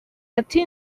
ati